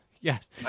Yes